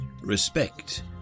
Respect